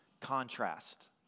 contrast